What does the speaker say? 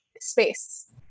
space